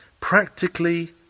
Practically